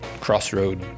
crossroad